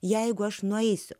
jeigu aš nueisiu